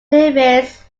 davis